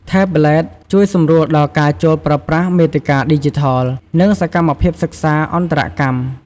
ថេបប្លេត (Tablet) ជួយសម្រួលដល់ការចូលប្រើប្រាស់មាតិកាឌីជីថល និងសកម្មភាពសិក្សាអន្តរកម្ម។